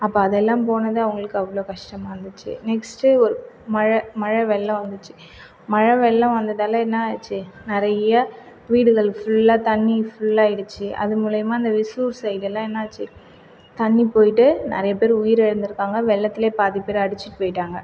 அப்போ அதையெல்லாம் போனது அவங்களுக்கு அவ்வளோ கஷ்டமாருந்துச்சு நெஸ்ட்டு ஒரு மழை மழை வெள்ளம் வந்துச்சு மழை வெள்ளம் வந்ததால் என்னாச்சு நிறையா வீடுகள் ஃபுல்லாக தண்ணி ஃபுல்லாயிடுச்சு அது மூலியம்மா அந்த விசுவூர் சைடு எல்லாம் என்ன ஆச்சு தண்ணி போயிட்டு நிறைய பேர் உயிரை இலந்துருக்காங்க வெள்ளத்துலயே பாதி பேர் அடிச்சிகிட்டு போய்விட்டாங்க